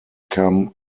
come